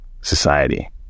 society